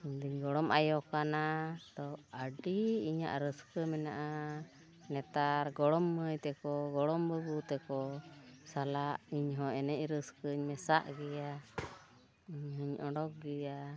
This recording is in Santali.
ᱤᱧᱫᱩᱧ ᱜᱚᱲᱚᱢ ᱟᱭᱚ ᱠᱟᱱᱟ ᱛᱚ ᱟᱹᱰᱤ ᱤᱧᱟᱹᱜ ᱨᱟᱹᱥᱠᱟᱹ ᱢᱮᱱᱟᱜᱼᱟ ᱱᱮᱛᱟᱨ ᱜᱚᱲᱚᱢ ᱢᱟᱹᱭ ᱛᱮᱠᱚ ᱜᱚᱲᱚᱢ ᱵᱟᱹᱵᱩ ᱛᱮᱠᱚ ᱥᱟᱞᱟᱜ ᱤᱧᱦᱚᱸ ᱮᱱᱮᱡ ᱨᱟᱹᱥᱠᱟᱹᱧ ᱢᱮᱥᱟᱜ ᱜᱮᱭᱟ ᱤᱧᱦᱚᱸᱧ ᱚᱰᱳᱠ ᱜᱮᱭᱟ